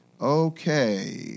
Okay